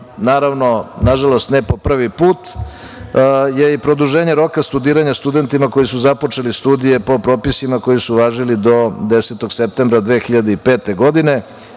izmenama, na žalost ne po prvi put, je i produženje roka studiranja studentima koji su započeli studije po propisima koji su važili do 10. septembra 2005. godine